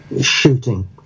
shooting